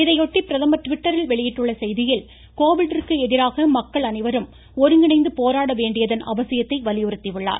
இதையொட்டி பிரதமர் ட்விட்டரில் வெளியிட்டுள்ள செய்தியில் கோவிட்டிற்கு எதிராக மக்கள் அனைவரும் ஒருங்கிணைந்து போராட வேண்டியதன் அவசியத்தை வலியுறுத்தியுள்ளார்